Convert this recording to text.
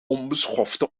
onbeschofte